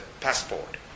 passport